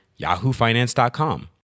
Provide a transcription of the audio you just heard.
yahoofinance.com